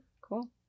cool